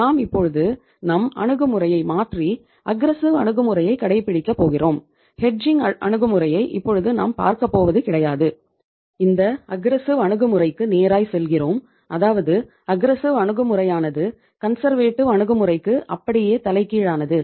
நாம் இப்போது நம் அணுகு முறையை மாற்றி அஃகிரெஸ்ஸிவ் அணுகுமுறைக்கு அப்படியே தலைகீழானது